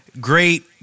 Great